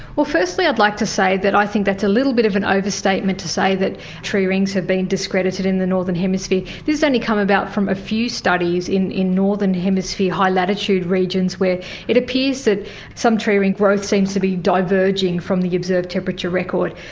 well, firstly i'd like to say that i think that's a little bit of an overstatement to say that tree rings have been discredited in the northern hemisphere. this has only come about from a few studies in in northern hemisphere high latitude regions where it appears that some tree ring growth seems to be diverging from the observed temperature record.